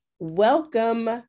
Welcome